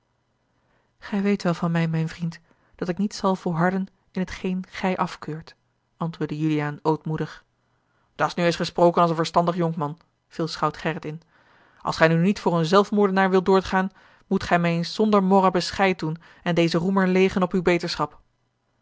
gij weet wel van mij mijn vriend dat ik niet zal volharden in t geen gij afkeurt antwoordde juliaan ootmoedig dat's nu eens gesproken als een verstandig jonkman viel schout gerrit in als gij nu niet voor een zelfmoordenaar wilt doorgaan moet gij mij eens zonder morren bescheid doen en dezen roemer leêgen op uwe beterschap